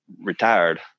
retired